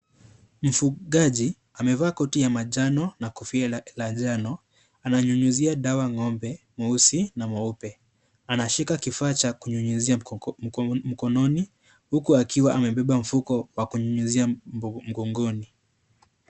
Mfugaji amevaa koti ya manjano na kofia la njano, ananyunyuzia dawa ngombe mweusi na mweupe, anashika kifaa cha kunyunyuzia mkononi huku akiwa amebeba mfuko wa kunyunyuzia mgongoni.